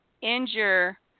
injure